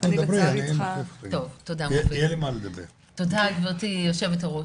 תודה גבירתי היו"ר.